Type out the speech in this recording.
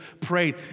prayed